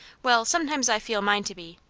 well, sometimes i feel mine to be.